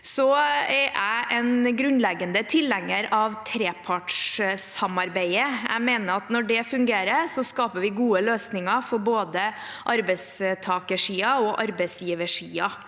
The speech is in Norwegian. Jeg er en grunnleggende tilhenger av trepartssamarbeidet, og jeg mener at når det fungerer, skaper vi gode løsninger for både arbeidstakersiden og arbeidsgiversiden.